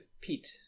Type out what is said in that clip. Pete